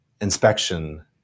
inspection